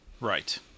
Right